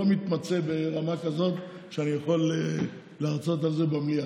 אני לא מתמצא ברמה כזאת שאני יכול להרצות על זה במליאה.